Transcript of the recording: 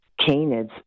canids